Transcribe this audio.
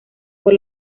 por